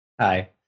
Hi